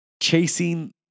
chasing